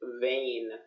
vain